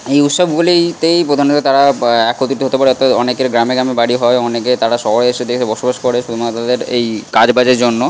এই উৎসবগুলিতেই প্রধানত তারা একত্রিত হতে পারে অর্থাৎ অনেকের গ্রামে গ্রামে বাড়ি হয় অনেকে তারা শহরে এসে বসবাস করে শুধুমাত্র তাদের এই কাজবাজের জন্য